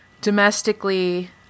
domestically